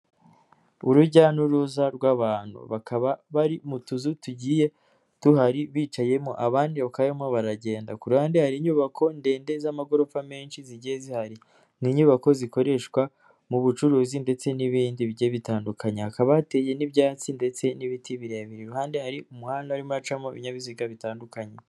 Urujya n'uruza rw'abantu bakaba bari mu tuzu tugiye duhari bicayemo abandi bakaba barimo baragenda. Ku ruhande hari inyubako ndende z'amagorofa menshi zigiye zihari. Ni inyubako zikoreshwa mu bucuruzi ndetse n'ibindi bigiye bitandukanye. Hakaba hateye n'ibyatsi, ndetse n'ibiti birebire. Iruhande hari umuhanda w'urimo uracamo ibinyabiziga bitandukanye.